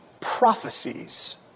prophecies